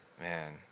Man